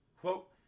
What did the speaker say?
quote